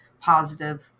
positive